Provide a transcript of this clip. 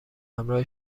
همراه